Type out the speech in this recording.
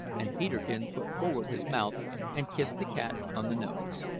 and peterkin put forward his mouth and kissed the cat on the nose!